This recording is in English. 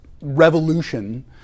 revolution